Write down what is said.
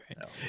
Right